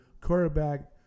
quarterback